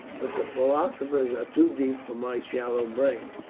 but the philosophers are too deep for my shallow brain.